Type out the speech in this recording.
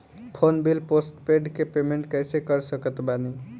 Phone bill postpaid के payment कैसे कर सकत बानी?